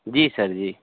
जी sir जी